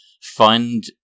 fund